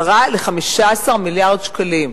10 15 מיליארד שקלים.